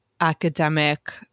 academic